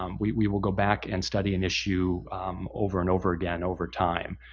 um we we will go back and study an issue over and over again over time.